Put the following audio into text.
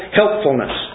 helpfulness